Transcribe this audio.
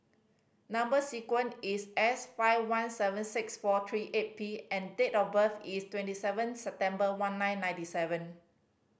number sequence is S five one seven six four three eight P and date of birth is twenty seven September one nine ninety seven